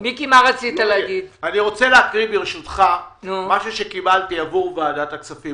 אני רוצה להקריא ברשותך משהו שקיבלתי עבור ועדת הכספים